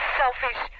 selfish